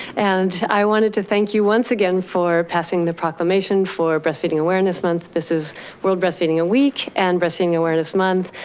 and i waned to thank you once again for passing the proclamation for breastfeeding awareness month. this is world breastfeeding week and breastfeeding awareness month.